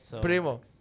Primo